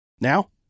Now